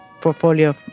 portfolio